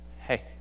Hey